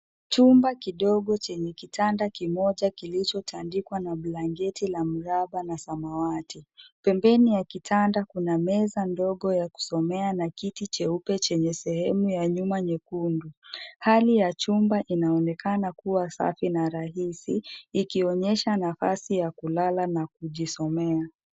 Chumba kidogo chenye kitanda kimoja kilichotandikwa na blanketi la mraba na samawati. Pembeni ya kitanda kuna meza ndogo ya kusomea na kiti cheupe chenye sehemu ya nyuma nyekundu. Hali ya chumba inaonekana kuwa safi na rahisi ikionyesha nafasi ya kulala na kujisomea.